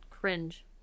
cringe